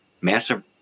massive